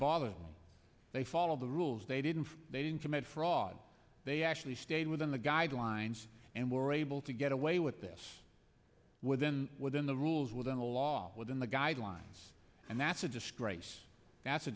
bothers them they follow the rules they didn't they didn't commit fraud they actually stayed within the guidelines and were able to get away with this within within the rules within the law within the guidelines and that's a disgrace that's a